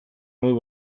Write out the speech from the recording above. modu